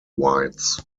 whites